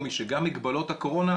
או גם בשל מגבלות הקורונה,